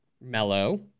mellow